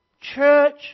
church